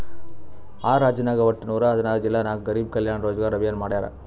R ರಾಜ್ಯನಾಗ್ ವಟ್ಟ ನೂರಾ ಹದಿನಾರ್ ಜಿಲ್ಲಾ ನಾಗ್ ಗರಿಬ್ ಕಲ್ಯಾಣ ರೋಜಗಾರ್ ಅಭಿಯಾನ್ ಮಾಡ್ಯಾರ್